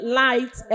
light